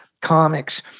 comics